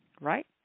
Right